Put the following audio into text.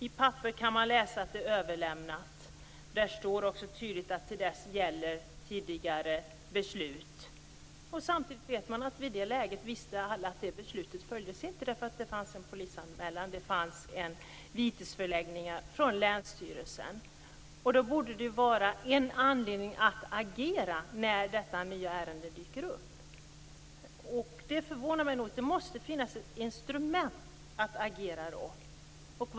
I papperet kan man läsa att det överlämnats. Där står också tydligt att till dess gäller tidigare beslut. Samtidigt vet vi att i det läget visste alla att det beslutet inte följdes, eftersom det fanns en polisanmälan och det fanns ett vitesföreläggande från länsstyrelsen. Då borde man ha haft anledning att agera när det nya ärendet dök upp. Det måste finnas ett instrument som gör att man kan agera.